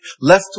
Left